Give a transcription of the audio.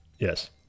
Yes